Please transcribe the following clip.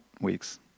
weeks